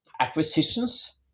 acquisitions